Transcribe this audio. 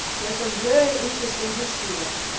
there's a very interesting history there.